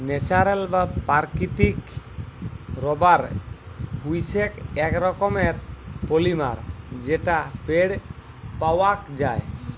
natural বা প্রাকৃতিক rubber হইসেক এক রকমের পলিমার যেটা পেড় পাওয়াক যায়